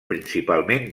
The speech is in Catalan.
principalment